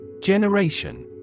Generation